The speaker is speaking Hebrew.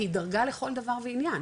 היא דרגה לכל דבר ועניין,